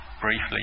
briefly